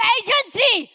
agency